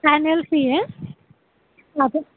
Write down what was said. annual fee आहे